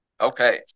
Okay